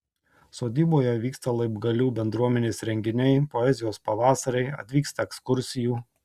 sodyboje vyksta laibgalių bendruomenės renginiai poezijos pavasariai atvyksta ekskursijų